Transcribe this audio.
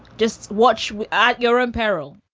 just watch at your own peril